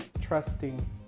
trusting